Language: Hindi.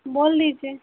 बोल लीजिए